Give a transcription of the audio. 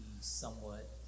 somewhat